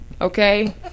okay